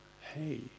hey